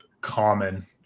common